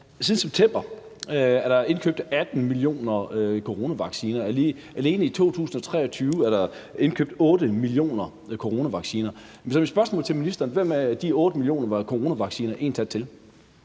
Siden september er der indkøbt 18 millioner coronavacciner. Alene i 2023 er der indkøbt 8 millioner coronavacciner. Så mit spørgsmål til ministeren er: Hvem